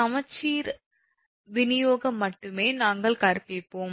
சமச்சீர விநியோக மட்டுமே நாங்கள் கற்பிப்போம்